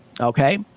okay